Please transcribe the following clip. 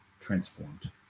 transformed